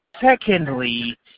secondly